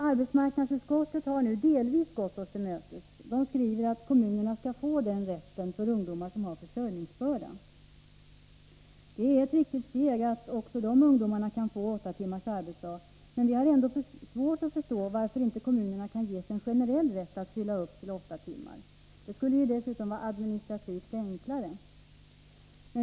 Arbetsmarknadsutskottet har nu delvis gått oss till mötes. Utskottet skriver att kommunerna skall få den rätten för ungdomar som har försörjningsbörda. Det är ett viktigt steg som tas om dessa ungdomar kan få åtta timmars arbetsdag, men vi har ändå svårt att förstå varför inte kommunerna kan ges en generell rätt att fylla på upp till åtta timmar. Det skulle dessutom vara administrativt enklare.